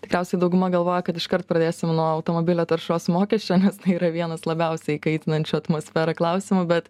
tikriausiai dauguma galvoja kad iškart pradėsim nuo automobilio taršos mokesčio tai yra vienas labiausiai kaitinančių atmosferą klausimų bet